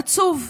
עצוב.